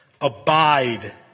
Abide